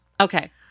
Okay